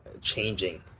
changing